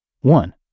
One